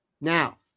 Now